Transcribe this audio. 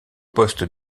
poste